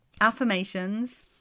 affirmations